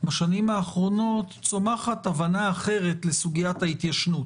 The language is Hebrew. בשנים האחרונות צומחת הבנה אחרת לסוגיית ההתיישנות.